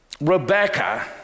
Rebecca